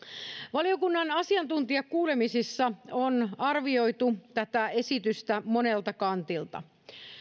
valiokunnan asiantuntijakuulemisissa on arvioitu tätä esitystä monelta kantilta